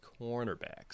cornerbacks